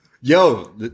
Yo